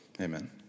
amen